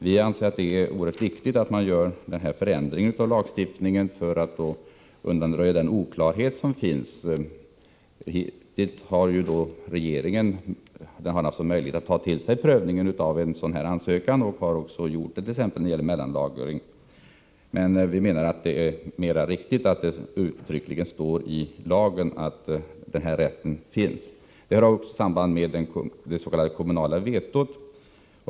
Vi anser att det är oerhört viktigt att göra denna förändring, för att undanröja den oklarhet som finns. Regeringen har möjlighet att ta till sig prövning av sådana ansökningar och har även gjort det beträffande mellanlagring. Men vi menar att det är mer riktigt att det står uttryckt i lagen. Detta har också samband med det kommunala vetot.